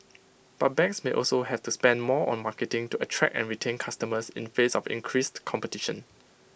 but banks may also have to spend more on marketing to attract and retain customers in face of increased competition